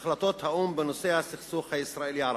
החלטות האו"ם בנושא הסכסוך הישראלי-הערבי.